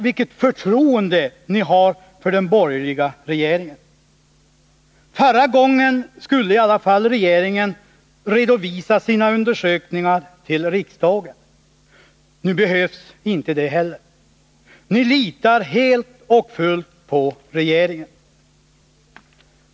Vilket förtroende ni har för den borgerliga regeringen! Förra gången skulle i alla fall regeringen redovisa sina undersökningar till riksdagen. Nu behövs inte det heller. Ni litar helt och fullt på regeringen.